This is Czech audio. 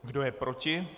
Kdo je proti?